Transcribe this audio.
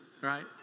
Right